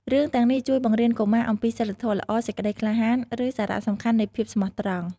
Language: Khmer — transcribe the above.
រឿងទាំងនេះជួយបង្រៀនកុមារអំពីសីលធម៌ល្អ សេចក្ដីក្លាហាន ឬសារៈសំខាន់នៃភាពស្មោះត្រង់។